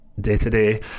day-to-day